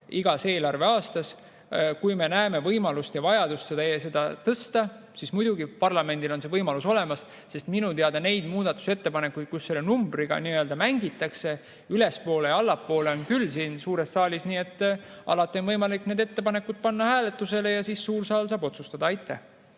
igas eelarveaastas. Kui me näeme võimalust ja vajadust seda tõsta, siis muidugi parlamendil on see võimalus olemas ja minu teada muudatusettepanekuid, kus selle numbriga nii-öelda mängitakse ülespoole ja allapoole, on siin suures saalis küll. Alati on võimalik need ettepanekud panna hääletusele ja siis suur saal saab otsustada.